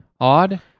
odd